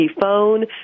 phone